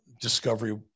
discovery